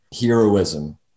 heroism